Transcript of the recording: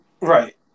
right